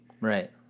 Right